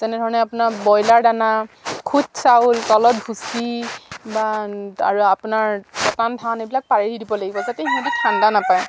যেনেধৰণে আপোনাৰ ব্ৰইলাৰ দানা খুঁদ চাউল তলত ভুচি বা আৰু আপোনাৰ পতান ধান এইবিলাক পাৰি দিব লাগিব যাতে সিহঁতি ঠাণ্ডা নাপায়